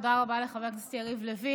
תודה רבה לחבר הכנסת לוין.